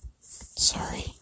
sorry